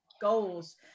goals